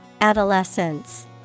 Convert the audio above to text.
Adolescence